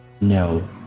No